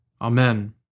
Amen